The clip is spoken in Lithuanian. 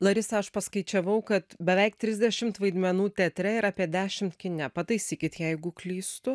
larisa aš paskaičiavau kad beveik trisdešimt vaidmenų teatre ir apie dešimt kine pataisykit jeigu klystu